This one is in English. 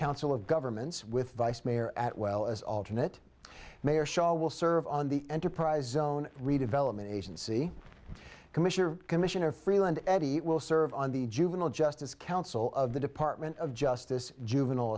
council of governments with vice mayor at well as alternate mayor show will serve on the enterprise zone redevelopment agency commissioner commissioner freeland will serve on the juvenile justice council of the department of justice juvenile